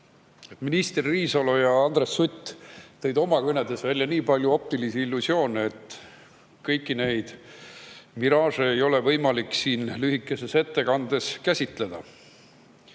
Minister Riisalo ja Andres Sutt tõid oma kõnedes välja nii palju optilisi illusioone, et kõiki neid miraaže ei ole võimalik siin lühikeses ettekandes käsitleda. Aga